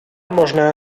možné